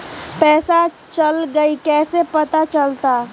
पैसा चल गयी कैसे पता चलत?